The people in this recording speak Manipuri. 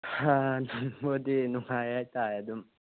ꯑꯥ ꯑꯗꯨꯝꯕꯨꯗꯤ ꯅꯨꯡꯉꯥꯏ ꯍꯥꯏꯇꯥꯔꯦ ꯑꯗꯨꯝ